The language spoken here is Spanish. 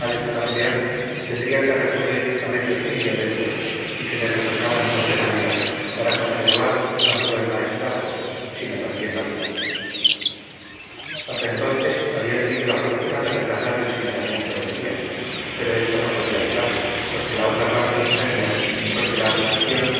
campeón tendría que recurrir a medios muy violentos y que le repugnaban sobremanera para conservar no sólo el maestrazgo sino también la vida hasta entonces había tenido la fortuna de retardar el señalamiento del día pero esto no podía durar porque la otra parte instaría y porque la acusación